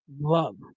love